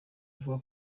avuga